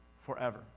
forever